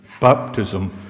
baptism